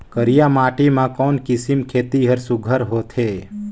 करिया माटी मा कोन किसम खेती हर सुघ्घर होथे?